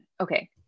okay